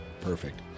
Perfect